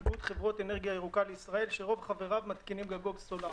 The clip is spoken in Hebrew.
איגוד חברות אנרגיה ירוקה לישראל שרוב חבריו מתקינים גגות סולאריים.